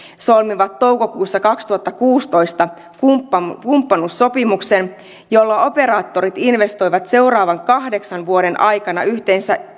solmivat toukokuussa kaksituhattakuusitoista kumppanuussopimuksen jolla operaattorit investoivat seuraavan kahdeksan vuoden aikana yhteensä